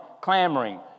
clamoring